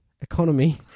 Economy